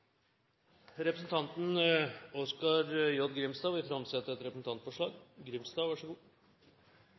Representanten Oskar J. Grimstad vil framsette et representantforslag.